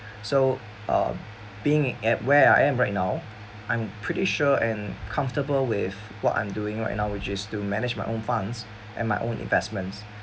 so uh being at where I am right now I'm pretty sure and comfortable with what I'm doing right now which is to manage my own funds and my own investments